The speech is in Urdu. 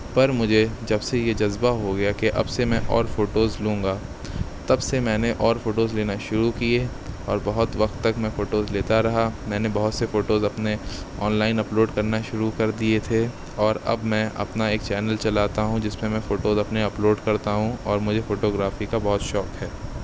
پر مجھے جب سے یہ جذبہ ہو گیا کہ اب سے میں اور فوٹوز لوں گا تب سے میں نے اور فوٹوز لینا شروع کیے اور بہت وقت تک میں فوٹوز لیتا رہا میں نے بہت سے فوٹوز اپنے آنلائن اپلوڈ کرنا شروع کر دئیے تھے اور اب میں اپنا ایک چینل چلاتا ہوں جس میں میں فوٹوز اپنی اپلوڈ کرتا ہوں اور مجھے فوٹو گرافی کا بہت شوق ہے